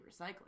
recycling